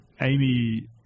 Amy